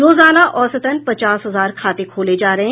रोजाना औसतन पचास हजार खाते खोले जा रहे हैं